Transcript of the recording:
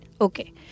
Okay